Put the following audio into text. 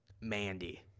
Mandy